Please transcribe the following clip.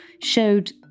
showed